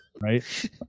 right